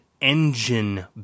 engine